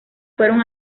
fueron